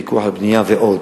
פיקוח על הבנייה ועוד.